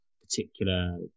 particular